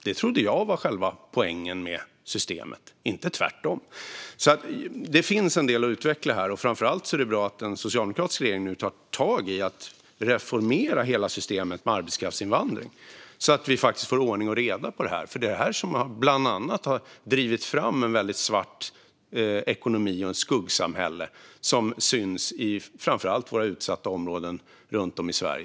Det trodde jag var själva poängen med systemet, inte tvärtom. Det finns alltså en del att utveckla här. Framför allt är det bra att en socialdemokratisk regering nu tar tag i att reformera hela systemet med arbetskraftsinvandring, så att vi faktiskt får ordning och reda på detta. Det är nämligen bland annat detta som har drivit fram en väldigt svart ekonomi och ett skuggsamhälle som syns framför allt i våra utsatta områden runt om i Sverige.